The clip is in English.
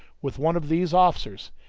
with one of these officers,